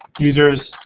users,